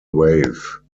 wave